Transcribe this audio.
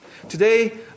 Today